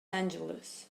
angeles